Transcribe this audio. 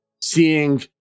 seeing